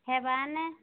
ହେବା ନେ